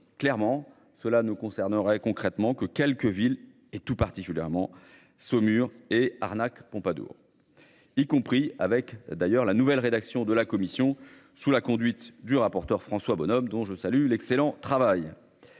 clairement. Cela ne concernerait concrètement que quelques villes et tout particulièrement Saumur et arnaques Pompadour. Y compris avec d'ailleurs la nouvelle rédaction de la commission sous la conduite du rapporteur François Bonhomme dont je salue l'excellent travail.